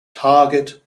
target